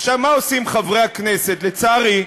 עכשיו, מה עושים חברי הכנסת, לצערי?